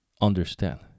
understand